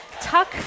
Tuck